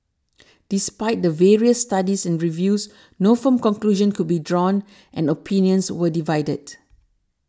despite the various studies and reviews no firm conclusion could be drawn and opinions were divided